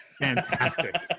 Fantastic